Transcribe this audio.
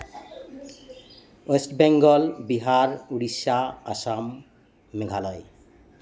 West Bengal Bihar Orissa Assam Meghalaya